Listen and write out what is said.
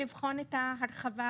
לבחון את ההרחבה